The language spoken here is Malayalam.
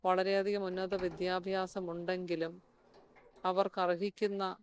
വളരെയധികം ഉന്നത വിദ്യാഭ്യാസം ഉണ്ടെങ്കിലും അവർക്ക് അർഹിക്കുന്ന